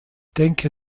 denke